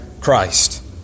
Christ